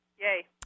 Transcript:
Yay